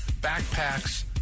backpacks